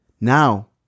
Now